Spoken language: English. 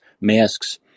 masks